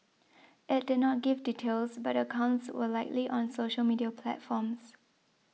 it did not give details but the accounts were likely on social media platforms